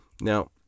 Now